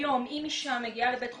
היום, אם אישה מגיעה לבית חולים,